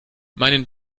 meinen